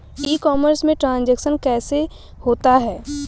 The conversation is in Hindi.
ई कॉमर्स में ट्रांजैक्शन कैसे होता है?